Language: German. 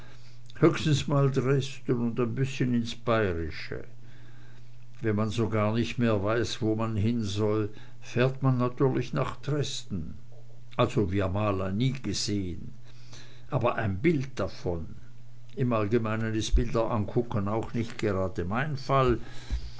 höchstens mal dresden und ein bißchen ins bayrische wenn man so gar nicht mehr weiß wo man hin soll fährt man natürlich nach dresden also via mala nie gesehen aber ein bild davon im allgemeinen ist bilderankucken auch nicht gerade mein fall